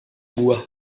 buah